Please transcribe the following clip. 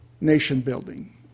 nation-building